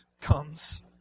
comes